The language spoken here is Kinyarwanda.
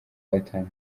gatanu